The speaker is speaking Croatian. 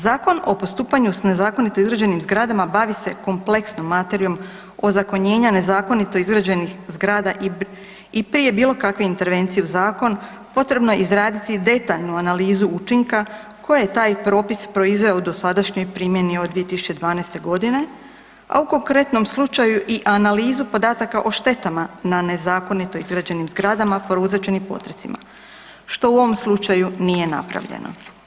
Zakon o postupanju s nezakonito izgrađenim zgradama bavi se kompleksnom materijom ozakonjenja nezakonito izgrađenih zgrada i prije bilo kakve intervencije u zakon potrebno je izraditi detaljnu analizu učinka koje taj propis proizveo u dosadašnjoj primjeni od 2012. godine, a u konkretnom slučaju i analizu podataka o štetama na nezakonito izgrađenim zgrada prouzročeni potresima što u ovom slučaju nije napravljeno.